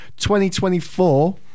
2024